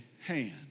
hand